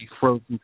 frozen